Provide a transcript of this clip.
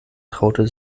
traute